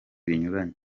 binyuranye